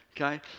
Okay